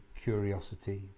curiosity